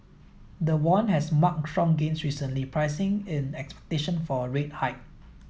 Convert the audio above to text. the won has marked strong gains recently pricing in expectation for a rate hike